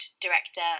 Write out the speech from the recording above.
director